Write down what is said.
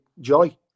joy